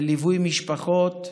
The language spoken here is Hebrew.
בליווי משפחות,